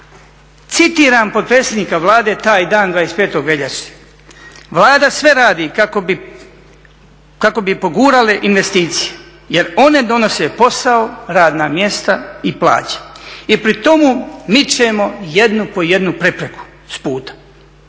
Citiram potpredsjednika Vlade taj dan, 25. veljače, "Vlada sve radi kako bi pogurale investicije jer one donose posao, radna mjesta i plaće i pri tomu mičemo jednu po jednu prepreku s puta.